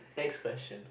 next question